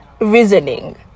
reasoning